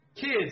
kids